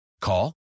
Call